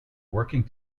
working